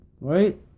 right